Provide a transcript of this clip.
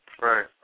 Right